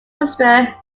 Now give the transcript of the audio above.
sister